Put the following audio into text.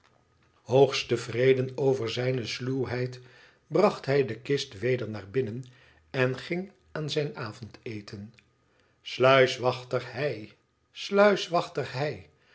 tevreden over zijne sluwheid bracht hij de kist weder naar binnen en ging aan zijn avondeten isluiswachter hei sluiswachter hei